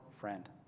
friend